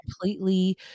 completely